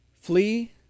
Flee